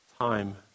time